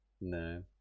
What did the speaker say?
no